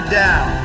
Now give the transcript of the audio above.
down